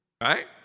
Right